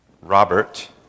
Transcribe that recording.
Robert